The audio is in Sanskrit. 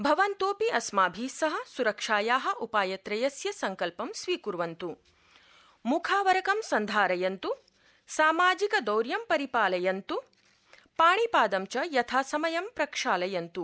भवन्तोऽपि अस्माभि सह सुरक्षाया उपायत्र्यस्य सङ्कल्पं स्वीक्वन्त् मुखावरकं सन्धारयन्तु सामाजिकदौर्य परिपालयन्तु पाणिपाद च यथासमयं प्रक्षालयन्त्